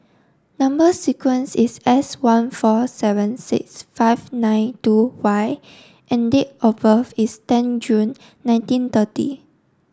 number sequence is S one four seven six five nine two Y and date of birth is ten June nineteen thirty